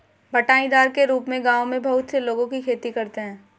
बँटाईदार के रूप में गाँवों में बहुत से लोगों की खेती करते हैं